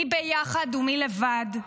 מי ביחד ומי לבד,